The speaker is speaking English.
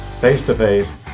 face-to-face